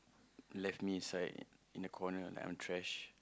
left me inside in the corner like I'm trash